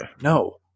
No